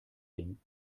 ding